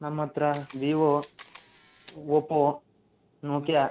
ನಮ್ಮ ಹತ್ರ Vivo Oppo ನೋಕಿಯ